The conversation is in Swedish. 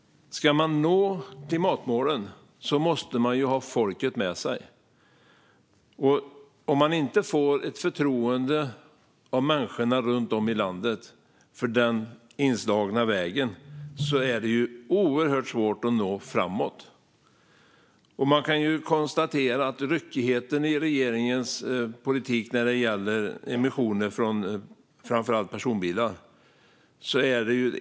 Om man ska nå klimatmålen måste man ha folket med sig. Om man inte får förtroende från människorna runt om i landet för den inslagna vägen är det oerhört svårt att nå framåt. Vi kan konstatera att det finns en ryckighet i regeringens politik när det gäller emissioner från framför allt personbilar.